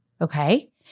okay